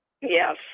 Yes